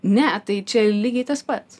ne tai čia lygiai tas pats